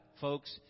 folks